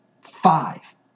five